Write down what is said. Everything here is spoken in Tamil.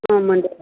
ம் மண்டே வரேன்